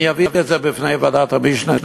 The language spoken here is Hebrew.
אני אביא את זה בפני ועדת המשנה,